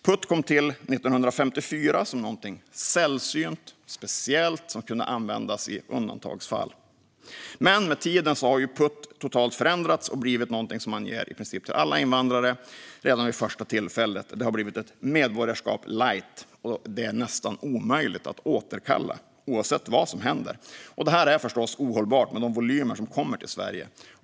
PUT kom till 1954 som något sällsynt, speciellt som kunde användas i undantagsfall. Men med tiden har PUT totalt förändrats och blivit något som man i princip ger alla invandrare redan vid första tillfället. Det har blivit ett medborgarskap light, som det är nästan omöjligt att återkalla oavsett vad som händer. Detta är förstås helt ohållbart med de volymer som kommer till Sverige.